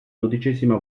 dodicesima